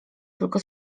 tylko